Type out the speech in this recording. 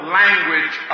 language